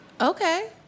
Okay